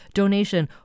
donation